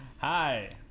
Hi